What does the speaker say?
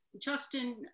Justin